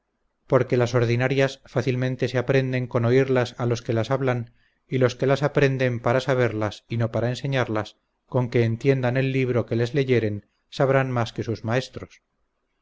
porque las ordinarias fácilmente se aprenden con oírlas a los que las hablan y los que las aprenden para saberlas y no para enseñarlas con que entiendan el libro que les leyeren sabrán mas que sus maestros